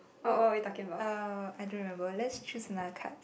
wha~ uh I don't remember let's choose another card